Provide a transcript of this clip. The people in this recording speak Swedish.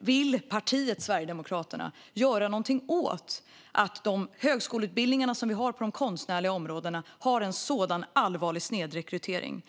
Vill partiet Sverigedemokraterna göra någonting åt att de högskoleutbildningar som vi har på de konstnärliga områdena har en sådan allvarlig snedrekrytering?